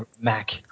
Mac